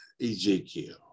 Ezekiel